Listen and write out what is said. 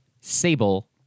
Sable